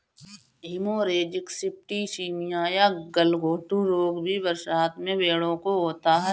haemorrhagic septicaemia या गलघोंटू रोग भी बरसात में भेंड़ों को होता है